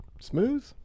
Smooth